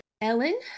Ellen